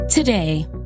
Today